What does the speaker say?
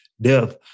death